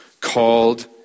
called